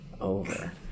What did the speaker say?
over